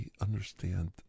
understand